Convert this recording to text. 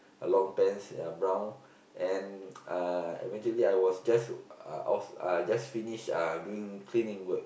a long pants ya brown and uh eventually I was just uh off uh just finish uh doing cleaning work